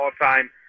all-time